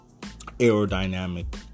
aerodynamic